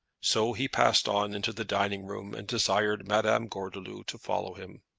so he passed on into the dining-room and desired madame gordeloup to follow him.